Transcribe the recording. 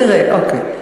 ננסה, לא יודעת, נראה.